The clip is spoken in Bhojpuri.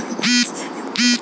खाता कैसे खोलल जाला?